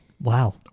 Wow